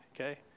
Okay